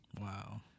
Wow